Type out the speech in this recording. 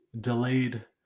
delayed